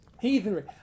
heathenry